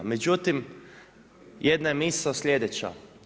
Međutim, jedna je misao slijedeća.